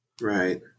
right